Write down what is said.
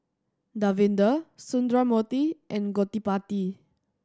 Davinder Sundramoorthy and Gottipati